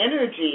energy